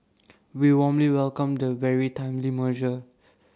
we warmly welcome the very timely merger